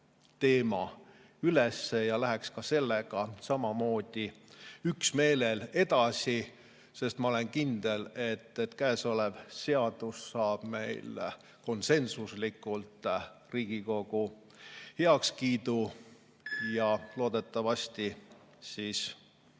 teema ette ja läheks ka sellega samamoodi üksmeelel edasi. Ma olen kindel, et käesolev seadus saab konsensuslikult Riigikogu heakskiidu ja loodetavasti saab